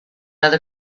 other